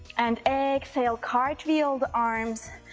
and exhale cartwheel the arms,